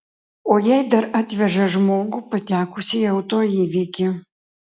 o jei dar atveža žmogų patekusį į auto įvykį